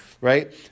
right